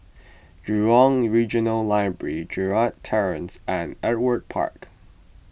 Jurong Regional Library Gerald Terrace and Ewart Park